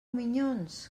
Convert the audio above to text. minyons